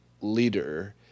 leader